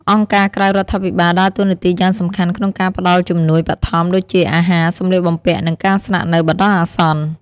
អង្គការក្រៅរដ្ឋាភិបាលដើរតួនាទីយ៉ាងសំខាន់ក្នុងការផ្ដល់ជំនួយបឋមដូចជា អាហារ សម្លៀកបំពាក់ និងការស្នាក់នៅបណ្ដោះអាសន្ន។